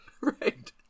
Right